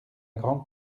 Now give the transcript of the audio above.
grande